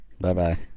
Bye-bye